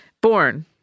Born